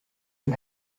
den